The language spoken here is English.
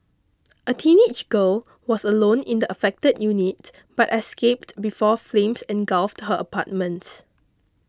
a teenage girl was alone in the affected unit but escaped before flames engulfed her apartment